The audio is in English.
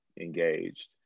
engaged